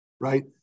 right